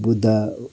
Buddha